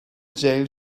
jailed